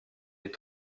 est